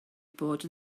bod